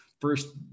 first